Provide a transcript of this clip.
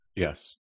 Yes